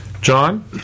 John